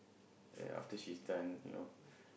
ya after she's done you know